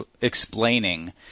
explaining